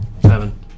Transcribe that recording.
Seven